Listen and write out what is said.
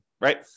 right